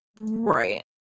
Right